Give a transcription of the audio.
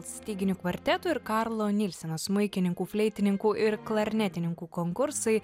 styginių kvarteto ir karlo nilseno smuikininkų fleitininkų ir klarnetininkų konkursai